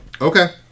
Okay